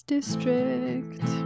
District